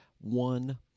one